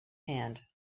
hand